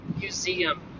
Museum